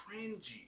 cringy